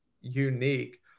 unique